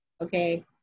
okay